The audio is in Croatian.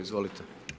Izvolite.